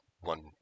one